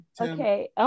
Okay